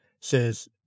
says